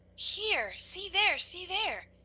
here! see there! see there!